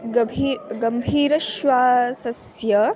गभीरं गम्भीरश्वासस्य